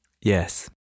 Yes